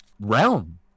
realm